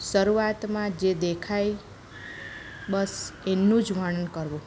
શરૂઆતમાં જે દેખાય બસ એનું જ વર્ણન કરવું